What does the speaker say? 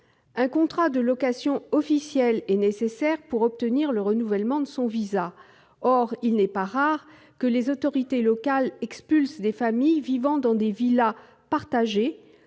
un contrat de location officiel est nécessaire pour l'obtenir. Or il n'est pas rare que les autorités locales expulsent des familles vivant dans des villas partagées